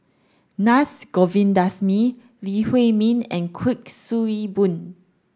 Govindasamy Lee Huei Min and Kuik Swee Boon